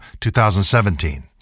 2017